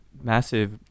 massive